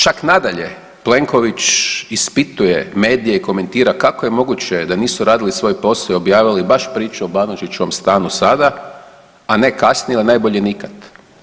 Čak nadalje Plenković ispituje medije i komentira kako je moguće da nisu radili svoj posao i objavili baš priču o Banožićevom stanu sada, a ne kasnije ili najbolje nikad.